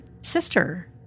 sister